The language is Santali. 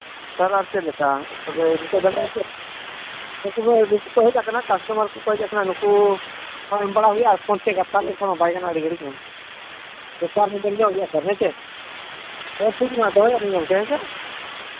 ᱥᱮᱨ ᱟᱨ ᱪᱮᱫ ᱞᱮᱠᱟ ᱛᱚᱵᱮ ᱤᱱᱠᱟᱹ ᱫᱷᱟᱨᱟ ᱜᱮᱥᱮ ᱩᱱᱠᱩ ᱫᱚ ᱱᱩᱠᱩ ᱠᱚ ᱦᱮᱡ ᱠᱟᱱᱟ ᱠᱟᱥᱴᱚᱢᱟᱨ ᱠᱚᱠᱚ ᱦᱮᱡ ᱠᱟᱱᱟ ᱱᱩᱠᱩ ᱮᱢ ᱵᱟᱲᱟ ᱦᱩᱭᱩᱜᱼᱟ ᱯᱷᱳᱱ ᱛᱮ ᱠᱟᱛᱷᱟ ᱞᱮᱠᱷᱟᱱ ᱢᱟ ᱵᱟᱭ ᱜᱟᱱᱚᱜᱼᱟ ᱟᱹᱰᱤ ᱜᱷᱟᱹᱲᱤᱡ ᱢᱟ ᱦᱮᱸ ᱪᱮ ᱦᱮᱸ ᱴᱷᱤᱠ ᱜᱮᱭᱟ ᱫᱚᱦᱚᱭ ᱫᱟᱹᱞᱤᱧ ᱜᱚᱢᱠᱮ ᱦᱮᱸᱪᱮ